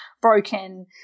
broken